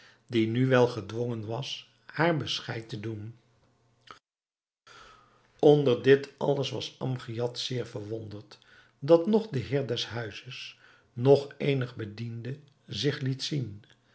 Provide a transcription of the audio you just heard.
die nu wel gedwongen was haar bescheid te doen onder dit alles was amgiad zeer verwonderd dat noch de heer des huizes noch eenig bediende zich liet zien